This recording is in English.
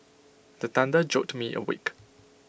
the thunder jolt me awake